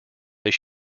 they